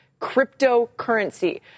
cryptocurrency